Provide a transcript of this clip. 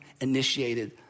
initiated